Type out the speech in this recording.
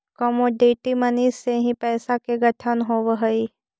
commodity money से ही पैसा के गठन होवऽ हई